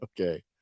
okay